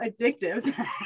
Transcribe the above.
addictive